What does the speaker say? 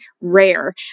rare